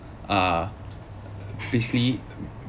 are basically